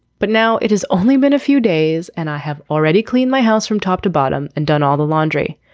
but now it has only been a few days, and i have already clean my house from top to bottom and done all the laundry.